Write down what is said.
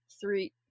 three